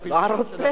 אני רק אומר,